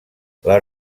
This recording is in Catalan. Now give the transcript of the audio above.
les